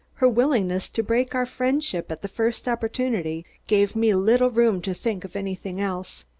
her willingness to break our friendship at the first opportunity, gave me little room to think of anything else.